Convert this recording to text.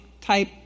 type